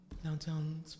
Downtown